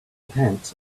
pants